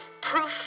proof